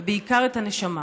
ובעיקר, את הנשמה.